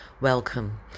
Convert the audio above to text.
Welcome